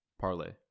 parlay